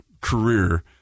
career